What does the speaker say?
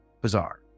bizarre